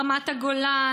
רמת הגולן,